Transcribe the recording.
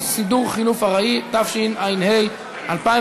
סידור חלוף ארעי), התשע"ה 2015,